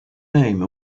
name